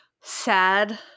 sad